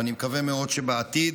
ואני מקווה מאוד שבעתיד